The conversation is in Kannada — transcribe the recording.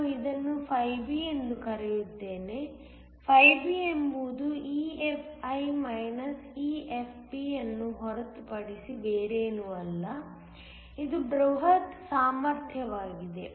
ನಾನು ಇದನ್ನು φB ಎಂದು ಕರೆಯುತ್ತೇನೆ φB ಎಂಬುದು EFi EFP ಅನ್ನು ಹೊರತುಪಡಿಸಿ ಬೇರೇನೂ ಅಲ್ಲ ಇದು ಬೃಹತ್ ಸಾಮರ್ಥ್ಯವಾಗಿದೆ